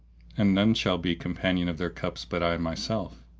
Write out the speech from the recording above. and none shall be companion of their cups but i myself.